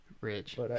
Rich